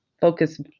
focus